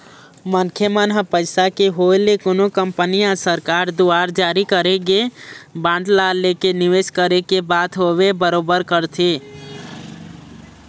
मनखे मन ह पइसा के होय ले कोनो कंपनी या सरकार दुवार जारी करे गे बांड ला लेके निवेस करे के बात होवय बरोबर करथे